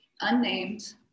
unnamed